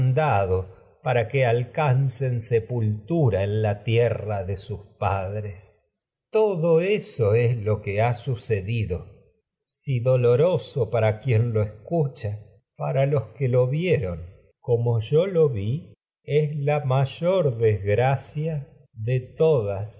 mandado para alcancen sepultura ha la tierra de sus padres todo eso es lo que sucedido si doloroso para quien lo escu cha para los que lo vieron como yo lo vi es la mayor desgracia de todas